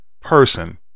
person